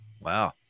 Wow